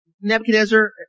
Nebuchadnezzar